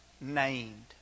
named